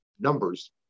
numbers